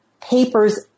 papers